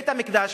בית-המקדש,